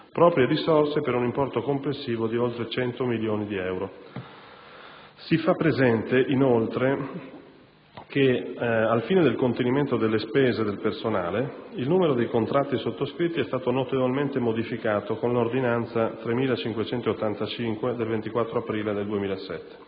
proprie risorse per un importo complessivo di oltre 100 milioni di euro. Si fa inoltre presente che, al fine del contenimento delle spese del personale, il numero dei contratti sottoscritti è stato notevolmente modificato con l'ordinanza n. 3585 del 24 aprile 2007.